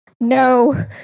No